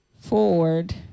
forward